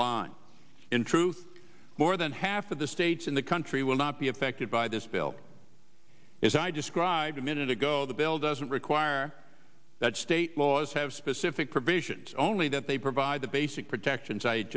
line in truth more than half of the states in the country will not be affected by this bill is i just cried a minute ago so the bill doesn't require that state laws have specific provisions only that they provide the basic protections i